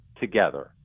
together